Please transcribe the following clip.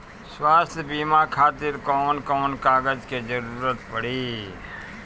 स्वास्थ्य बीमा खातिर कवन कवन कागज के जरुरत पड़ी?